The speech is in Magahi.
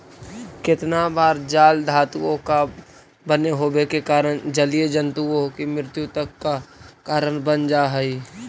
केतना बार जाल धातुओं का बने होवे के कारण जलीय जन्तुओं की मृत्यु तक का कारण बन जा हई